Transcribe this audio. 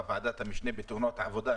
בוועדת המשנה לתאונות העבודה,